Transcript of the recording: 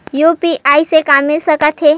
UPI से का मिल सकत हे?